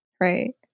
right